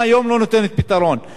אם היום לא ניתן פתרון,